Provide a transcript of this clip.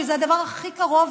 שזה הדבר הכי קרוב